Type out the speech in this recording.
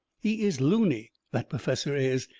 he is looney, that perfessor is.